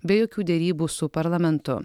be jokių derybų su parlamentu